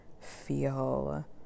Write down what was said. feel